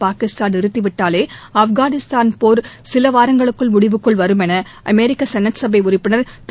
பாகிஸ்தான் நிறத்திவிட்டாலே ஆப்காளிஸ்தான் போர் சில வாரங்களுக்குள் முடிவுக்குள் வரும் என அமெரிக்கா செனட் சபை உறுப்பினர் திரு